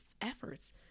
efforts